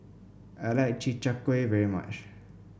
I like Chi Kak Kuih very much